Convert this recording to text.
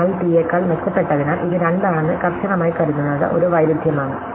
അതിനാൽ ടി യേക്കാൾ മെച്ചപ്പെട്ടതിനാൽ ഇത് 2 ആണെന്ന് കർശനമായി കരുതുന്നത് ഒരു വൈരുദ്ധ്യമാണ്